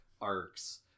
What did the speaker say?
arcs